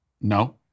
No